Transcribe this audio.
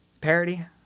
parody